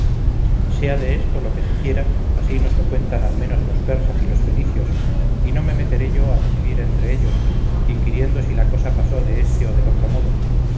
sea de esto lo que se quiera así nos lo cuentan al menos los persas y fenicios y no me meteré yo a decidir entre ellos inquiriendo si la cosa pasó de este o del otro modo